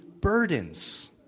burdens